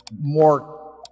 more